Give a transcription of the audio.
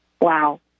Wow